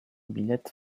bilet